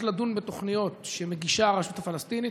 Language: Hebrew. לדון בתוכניות שמגישה הרשות הפלסטינית.